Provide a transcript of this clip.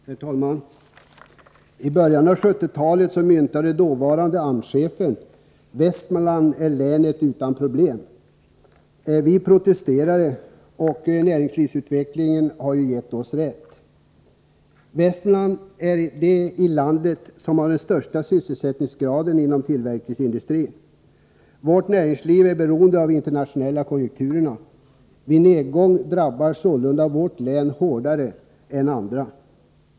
Herr talman! I början av 1970-talet myntade dåvarande AMS-chefen uttrycket att Västmanland är länet utan problem. Vi protesterade och näringslivsutvecklingen har ju givit oss rätt. Västmanland är det län i landet som har den största sysselsättningsgraden inom tillverkningsindustrin. Vårt näringsliv är beroende av den internationella konjunkturen — vid nedgång drabbas sålunda vårt län hårdare än andra.